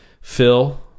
Phil